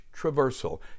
traversal